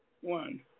one